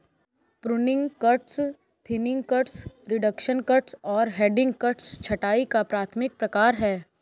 pruning cuts, thinning cuts, reduction cuts और heading cuts छंटाई का प्राथमिक प्रकार हैं